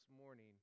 morning